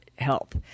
help